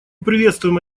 приветствуем